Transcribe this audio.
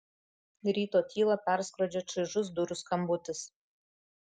ryto tylą perskrodžia čaižus durų skambutis